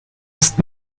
ist